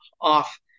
off